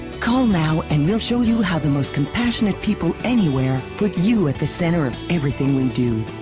call now and we'll show you how the most compassionate people anywhere put you at the center of everything we do.